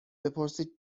بپرسید